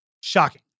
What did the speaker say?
Shocking